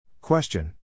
Question